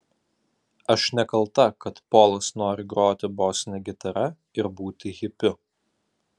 aš nekalta kad polas nori groti bosine gitara ir būti hipiu